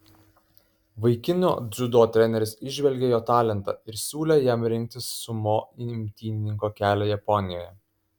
vaikino dziudo treneris įžvelgė jo talentą ir siūlė jam rinktis sumo imtynininko kelią japonijoje